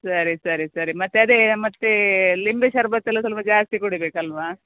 ಸರಿ ಸರಿ ಸರಿ ಮತ್ತೆ ಅದೇ ಮತ್ತೆ ಲಿಂಬೆ ಶರಬತ್ತು ಎಲ್ಲ ಸ್ವಲ್ಪ ಜಾಸ್ತಿ ಕುಡಿಬೇಕಲ್ಲವಾ